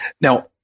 Now